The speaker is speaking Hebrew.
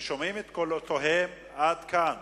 ששומעים את קולותיהם עד כאן.